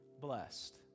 blessed